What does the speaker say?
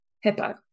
Hippo